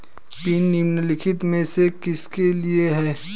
Pin निम्नलिखित में से किसके लिए है?